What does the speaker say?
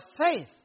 faith